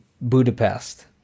budapest